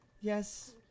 Yes